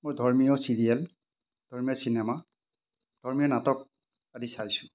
মই ধৰ্মীয় চিৰিয়েল ধৰ্মীয় চিনেমা ধৰ্মীয় নাটক আদি চাইছোঁ